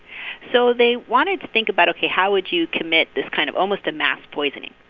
so they wanted to think about, ok, how would you commit this kind of almost a mass poisoning?